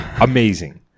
Amazing